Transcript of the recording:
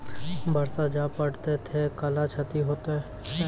बरसा जा पढ़ते थे कला क्षति हेतै है?